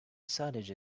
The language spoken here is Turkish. sadece